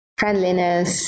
friendliness